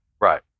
right